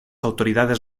autoridades